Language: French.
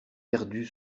perdu